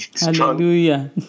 Hallelujah